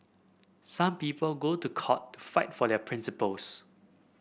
some people go to court to fight for their principles